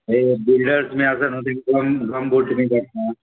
हे बिल्डर्स बी आसा न्हू गमबूट बी घात